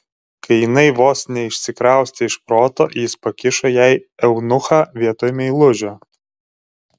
kai jinai vos neišsikraustė iš proto jis pakišo jai eunuchą vietoj meilužio